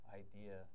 idea